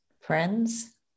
Friends